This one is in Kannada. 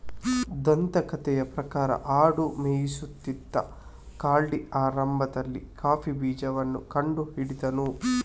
ದಂತಕಥೆಯ ಪ್ರಕಾರ ಆಡು ಮೇಯಿಸುತ್ತಿದ್ದ ಕಾಲ್ಡಿ ಆರಂಭದಲ್ಲಿ ಕಾಫಿ ಬೀಜವನ್ನ ಕಂಡು ಹಿಡಿದನು